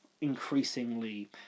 increasingly